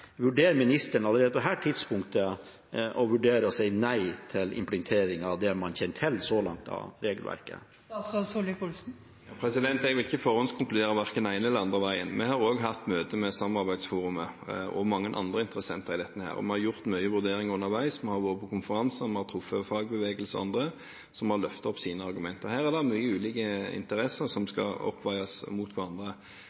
Vurderer ministeren allerede på dette tidspunktet å si nei til implementering av det man kjenner til så langt av regelverket? Jeg vil ikke forhåndskonkludere verken den ene eller den andre veien. Vi har også hatt møte med samarbeidsforumet og mange andre interessenter i dette. Vi har gjort mange vurderinger underveis. Vi har vært på konferanser. Vi har truffet fagbevegelse og andre, som har løftet opp sine argumenter. Her er det mange ulike interesser som skal veies opp mot hverandre.